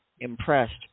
impressed